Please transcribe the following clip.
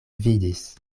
vidis